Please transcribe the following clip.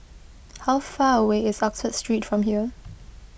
how far away is Oxford Street from here